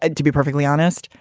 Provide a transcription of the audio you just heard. and to be perfectly honest,